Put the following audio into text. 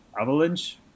avalanche